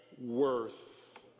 worth